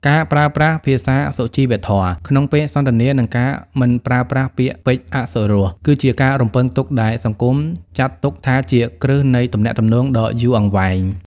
ការប្រើប្រាស់ "ភាសាសុជីវធម៌" ក្នុងពេលសន្ទនា និងការមិនប្រើប្រាស់ពាក្យពេចន៍អសុរស គឺជាការរំពឹងទុកដែលសង្គមចាត់ទុកថាជាគ្រឹះនៃទំនាក់ទំនងដ៏យូរអង្វែង។